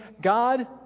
God